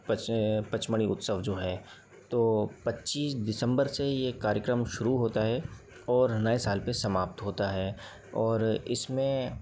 पच पचमढ़ी उत्सव जो है तो पच्चीस दिसंबर से ये कार्यक्रम शुरू होता है और नए साल पे समाप्त होता है और इसमें